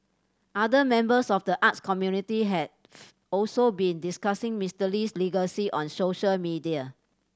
other members of the arts community have also been discussing Mister Lee's legacy on social media